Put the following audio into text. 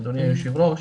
אדוני היושב-ראש.